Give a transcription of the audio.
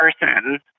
person